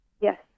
Yes